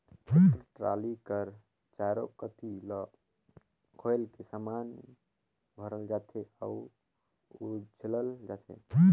tractor trolley कर चाएरो कती ल खोएल के समान भरल जाथे अउ उझलल जाथे